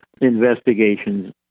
investigations